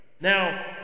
Now